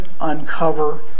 uncover